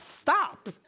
stop